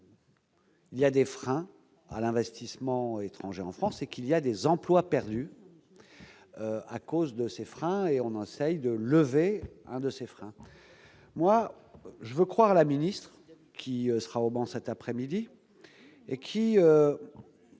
Il y a des freins à l'investissement étranger en France et qu'il y a des emplois perdus à cause de ses freins et on enseigne de lever un de ses frères, moi je veux croire la ministre qui sera au Mans, cet après-midi et qui